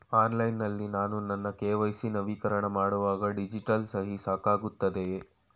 Online ನಲ್ಲಿ ನಾನು ನನ್ನ ಕೆ.ವೈ.ಸಿ ನವೀಕರಣ ಮಾಡುವಾಗ ಡಿಜಿಟಲ್ ಸಹಿ ಸಾಕಾಗುತ್ತದೆಯೇ?